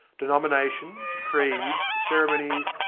denominations, creeds, ceremonies,